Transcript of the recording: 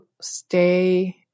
stay